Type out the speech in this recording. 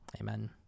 amen